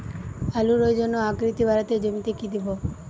আলুর ওজন ও আকৃতি বাড়াতে জমিতে কি দেবো?